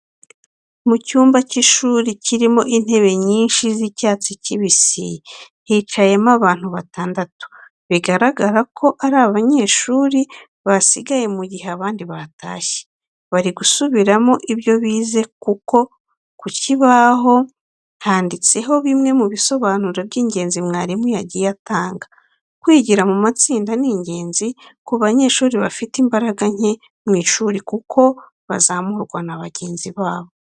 Mu cyumba cy'ishuri kirimo intebe nyinshi z'icyatsi kibisi, hicayemo abantu batandatu bigaragara ko ari abanyeshuri, basigaye mu gihe abandi batashye. Bari gusubiramo ibyo bize kuko ku kibaho handitseho bimwe mu bisobanuro by'ingenzi mwarimu yagiye atanga. Kwigira mu matsinda ni ingenzi ku banyeshuri bafite imbaraga nke mu ishuri kuko bazamurwa na bagenzi babo.